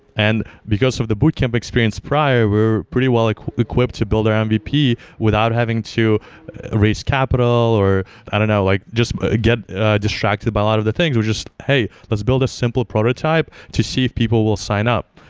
and because of the boot camp experience prior, we're pretty well-equipped well-equipped to build our our mvp without having to raise capital or i don't know, like just ah get distracted by a lot of the things. we're just, hey, let's build a simple prototype to see if people will sign up.